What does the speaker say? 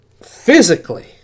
physically